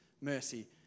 mercy